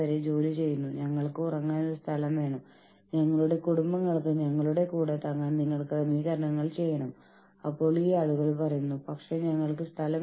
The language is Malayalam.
ഒരു യൂണിയനുമായി ഇടപെടുന്നതിനുള്ള കമ്പനിയുടെ മാനേജ്മെന്റിന്റെ മൊത്തത്തിലുള്ള പദ്ധതിയാണ് ലേബർ റിലേഷൻസ് തന്ത്രം